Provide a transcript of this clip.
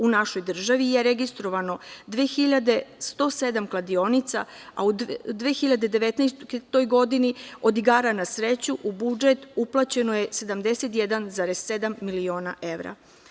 U našoj državi je registrovano 2.107 kladionica, a u 2019. godini od igara na sreću u budžet uplaćeno je 71,7 miliona evra.